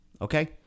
Okay